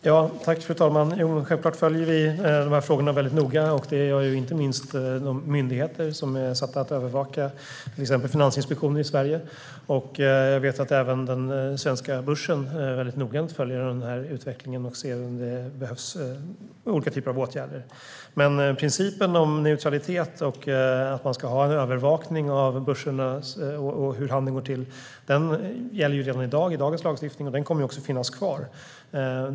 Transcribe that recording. Fru talman! Självklart följer vi frågorna noga. Det gör inte minst de myndigheter som är satta att övervaka frågorna, till exempel Finansinspektionen i Sverige. Jag vet att även den svenska börsen noga följer utvecklingen och ser om det behövs olika typer av åtgärder. Principen om neutralitet, övervakning av börserna och hur handeln går till gäller redan i dagens lagstiftning. Den kommer också att finnas kvar.